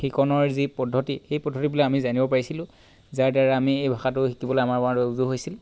শিকনৰ যি পদ্ধতি সেই পদ্ধতিবিলাক আমি জানিব পাৰিছিলোঁ যাৰ দ্বাৰা আমি এই ভাষাটো শিকিবলৈ আমাৰ কাৰণে উজু হৈছিল